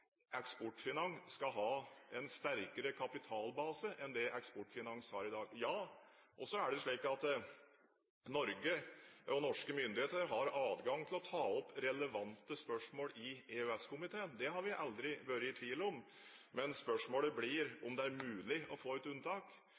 Eksportfinans skal ha en sterkere kapitalbase enn det Eksportfinans har i dag. Så er det slik at Norge og norske myndigheter har adgang til å ta opp relevante spørsmål i EØS-komiteen. Det har vi aldri vært i tvil om. Men spørsmålet blir om det er mulig å få et unntak.